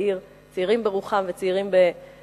צעירים ברוחם וצעירים בגילם,